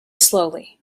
slowly